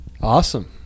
Awesome